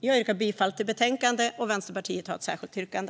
Jag yrkar bifall till utskottets förslag, och Vänsterpartiet har också ett särskilt yttrande.